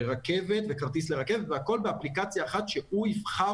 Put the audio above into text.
וכרטיס לרכבת, והכל באפליקציה אחת שהוא יבחר